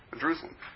Jerusalem